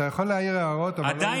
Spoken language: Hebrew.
אתה יכול להעיר הערות אבל לא להתווכח.